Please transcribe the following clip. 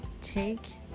take